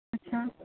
अच्छा